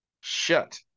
shut